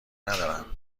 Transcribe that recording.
ندارم